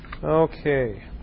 Okay